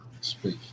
speak